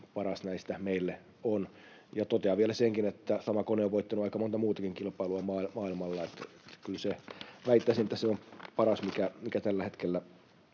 Kyllä se paras näistä meille on. Totean vielä senkin, että sama kone on voittanut aika monta muutakin kilpailua maailmalla. Väittäisin, että se on kyllä paras, mikä tällä hetkellä